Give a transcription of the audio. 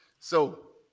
so